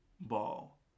Ball